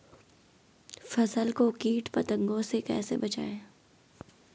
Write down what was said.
फसल को कीट पतंगों से कैसे बचाएं?